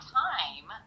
time